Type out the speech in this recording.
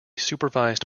supervised